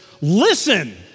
listen